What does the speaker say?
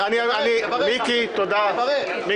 תברך, אחמד.